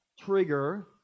trigger